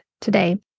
today